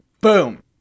Boom